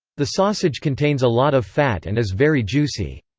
the sausage contains a lot of fat and is very juicy.